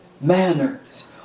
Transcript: Manners